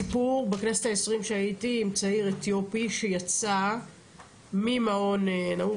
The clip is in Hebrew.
סיפור בכנסת ה-20 שהייתי עם צעיר אתיופי שיצא ממעון נעול.